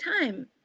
time